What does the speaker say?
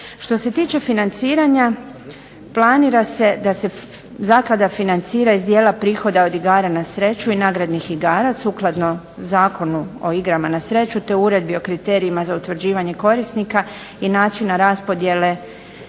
Što se tiče financiranja planira se da se zaklada financira iz dijela prihoda od igara na sreću i nagradnih igara, sukladno Zakonu o igrama na sreću te uredbi o kriterijima za utvrđivanje korisnika, i načina raspodjele dijela